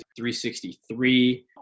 363